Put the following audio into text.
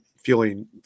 feeling